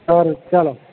સારું ચાલો